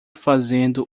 fazendo